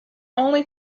only